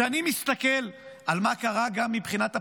כשאני מסתכל על מה שקרה, גם מבחינת הפשיעה,